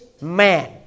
man